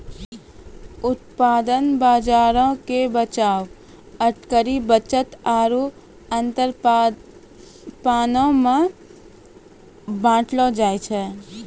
व्युत्पादन बजारो के बचाव, अटकरी, बचत आरु अंतरपनो मे बांटलो जाय छै